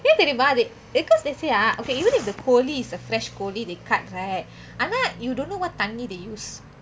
என் தெரிமா:en therimaa they because they say ah okay even if the கோழி:kozhi is the fresh கோழி:kozhi they cut right ஆனா:aanaa you don't know what தண்ணீ:thanni they use